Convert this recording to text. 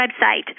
website